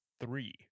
three